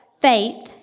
faith